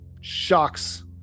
shocks